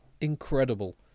incredible